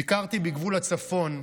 ביקרתי בגבול הצפון,